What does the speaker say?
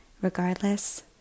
Regardless